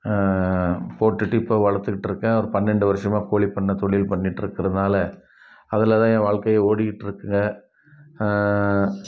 போட்டுட்டு இப்போ வளர்த்துட்ருக்கன் ஒரு பன்னெண்டு வருஷமாக கோழிப்பண்ணை தொழில் பண்ணிட்டுருக்கறதுனால அதில் தான் என் வாழ்க்கையே ஓடிட்டுருக்க